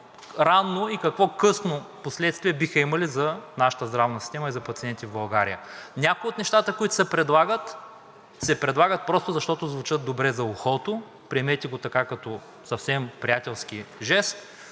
и какво късно последствие биха имали за нашата здравна система и за пациентите в България. Някои от нещата, които се предлагат, се предлагат просто защото звучат добре за ухото, приемете го като съвсем приятелски жест,